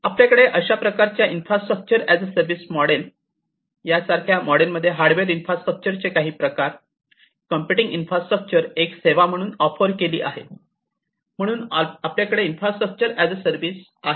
आपल्याकडे अशा प्रकारच्या infrastructure as a service model IaaS infrastructure as a service model यासारख्या मॉडेलमध्ये हार्डवेअर इन्फ्रास्ट्रक्चरचे काही प्रकार कम्प्युटिंग इन्फ्रास्ट्रक्चर एक सेवा म्हणून ऑफर केली आहे म्हणून आपल्याकडे इनफ्रास्ट्रक्चर ऍज अ सर्व्हिस आहे